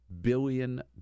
billion